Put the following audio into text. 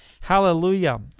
Hallelujah